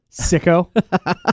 Sicko